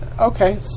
Okay